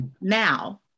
now